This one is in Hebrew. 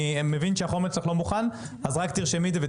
אני מבין שהחומר אצלך לא מוכן, אז תרשמי את זה.